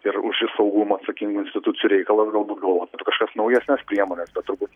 ir už šį saugumą atsakingų institucijų reikalas galbūt galvot apie kažkokias naujesnes priemones bet turbūt